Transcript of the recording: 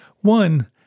One